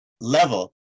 level